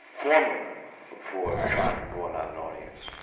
formula for trying to broaden out an audience.